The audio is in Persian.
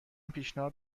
پیشنهاد